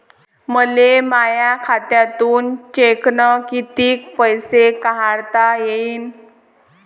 मले माया खात्यातून चेकनं कितीक पैसे काढता येईन?